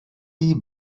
die